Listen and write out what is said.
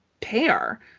pair